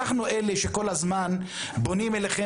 אנחנו אלה שכל הזמן פונים אליכם